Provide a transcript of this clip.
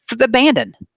abandoned